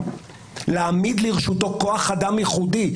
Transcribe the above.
היה צריך להעמיד לרשותו כוח אדם ייחודי,